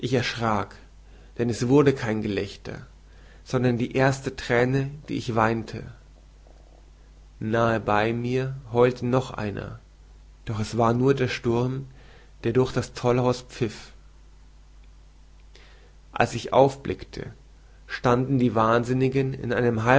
denn es wurde kein gelächter sondern die erste thräne die ich weinte nahe bei mir heulte noch einer doch war es nur der sturm der durch das tollhaus pfiff als ich aufblickte standen die wahnsinnigen in einem